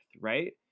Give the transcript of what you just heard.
right